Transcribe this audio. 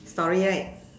story right